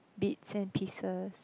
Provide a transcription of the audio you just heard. bits and pieces